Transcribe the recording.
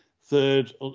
third